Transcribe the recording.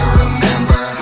remember